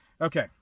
Okay